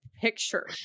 picture